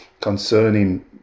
concerning